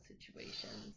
situations